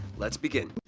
let's begin.